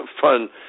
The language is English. fun